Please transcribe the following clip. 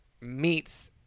meets